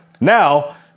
Now